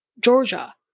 Georgia